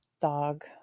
dog